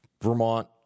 Vermont